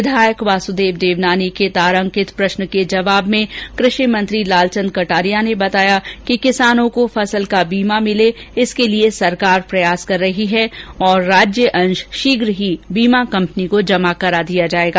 विधायक वासुदेव देवनानी के तारांकित प्रश्न के जवाब में कृषि मंत्री लालचन्द कटारिया ने बताया कि किसानों को फसल का बीमा मिले इसके लिए सरकार प्रयास कर रही है तथा राज्यअंश शीघ्र ही बीमा कम्पनी को जमा करा दिया जायेगा